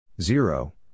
Zero